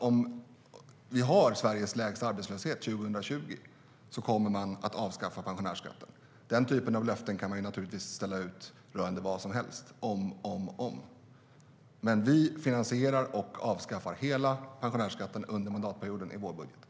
Om vi har Europas lägsta arbetslöshet 2020 kommer man att avskaffa pensionärsskatten, säger man. Den typen av löften kan man naturligtvis ställa ut rörande vad som helst. Vi för vår del finansierar och avskaffar hela pensionärsskatten under mandatperioden i vår budget.